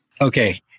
Okay